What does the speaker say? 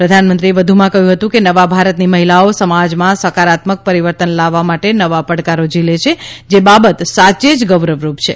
પ્રધાનમંત્રીએ કહ્યું હતું કે નવા ભારતની મહિલાઓ સમાજમાં સકારાત્મક પરિવર્તન લાવવા માટે નવા પડકારો ઝીલે છે જે બાબત સાચે જ ગૌરવરૂપ છે